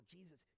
Jesus